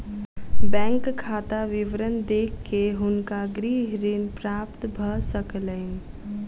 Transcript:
bank खाता विवरण देख के हुनका गृह ऋण प्राप्त भ सकलैन